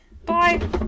Bye